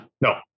No